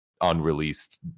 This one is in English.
unreleased